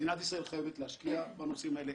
מדינת ישראל חייבת להשקיע בנושאים האלה,